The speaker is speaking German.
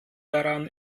daran